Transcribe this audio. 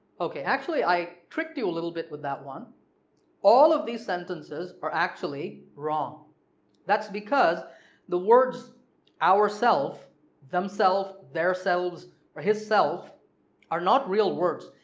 ok actually i tricked you a little bit with that one all of these sentences are actually wrong that's because the words ourself themself, theirselves and hisself are not real words,